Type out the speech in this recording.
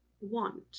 want